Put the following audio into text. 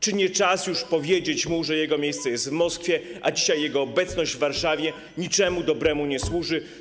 Czy nie czas już powiedzieć mu, że jego miejsce jest w Moskwie, a dzisiaj jego obecność w Warszawie niczemu dobremu nie służy?